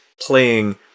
playing